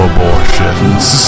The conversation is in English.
Abortions